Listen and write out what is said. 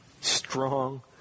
strong